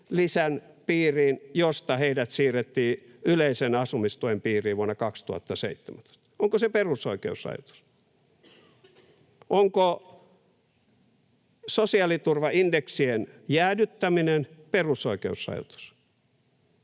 josta heidät siirrettiin yleisen asumistuen piiriin vuonna 2017? Onko se perusoikeusrajoitus? Onko sosiaaliturvan indeksien jäädyttäminen perusoikeusrajoitus?